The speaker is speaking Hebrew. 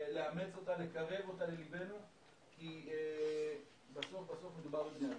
לאמץ אותה ולקרב אותה ללבנו כי בסוף מדובר בבני אדם.